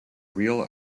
real